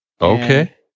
Okay